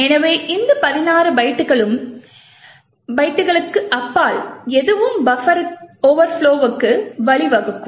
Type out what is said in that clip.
எனவே இந்த 16 பைட்டுகளுக்கு அப்பால் எதுவும் பஃபர் ஓவர்ப்லொவுக்கு வழிவகுக்கும்